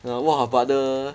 ya lor !wah! but the